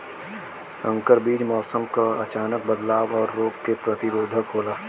संकर बीज मौसम क अचानक बदलाव और रोग के प्रतिरोधक होला